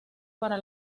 para